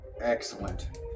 Excellent